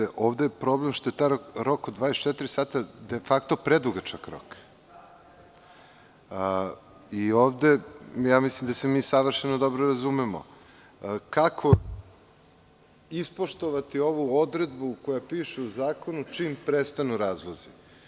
Uvažena koleginice, ovde je problem što je taj rok od 24 sata de fakto predugačak rok i ovde mislim da se mi savršeno dobro razumemo – kako ispoštovati ovu odredbu koja piše u zakonu čim prestanu razlozi?